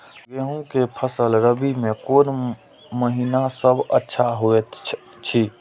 गेहूँ के फसल रबि मे कोन महिना सब अच्छा होयत अछि?